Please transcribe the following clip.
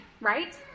right